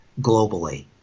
globally